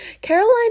Caroline